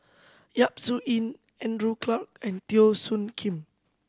Yap Su Yin Andrew Clarke and Teo Soon Kim